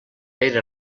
pere